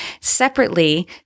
separately